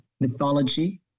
mythology